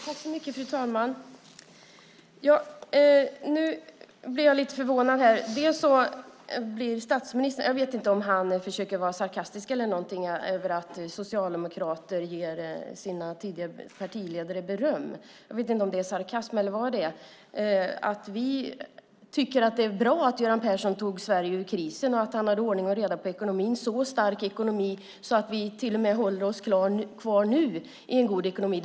Fru talman! Nu blev jag lite förvånad. Jag vet inte om statsministern försöker vara sarkastisk eller någonting över att socialdemokrater ger sina tidigare partiledare beröm. Jag vet inte om det är sarkasm eller vad det är. Det är väl inte konstigt att vi tycker att det är bra att Göran Persson tog Sverige ur krisen och att han hade ordning och reda på ekonomin. Det var en så stark ekonomi att vi till och med nu håller oss kvar i en god ekonomi.